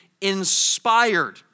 inspired